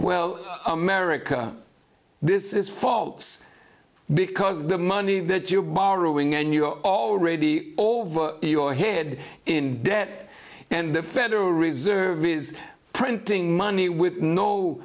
well america this is false because the money that you're borrowing and you're already over your head in debt and the federal reserve is printing money with no